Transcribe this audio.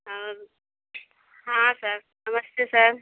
हाँ हाँ सर नमस्ते सर